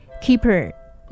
Keeper